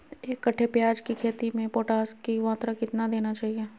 एक कट्टे प्याज की खेती में पोटास की मात्रा कितना देना चाहिए?